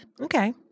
Okay